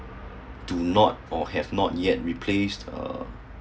do not or have not yet uh replaced uh